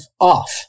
off